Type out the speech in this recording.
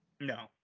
No